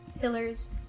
pillars